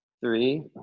three